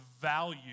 value